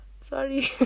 Sorry